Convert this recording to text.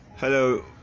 Hello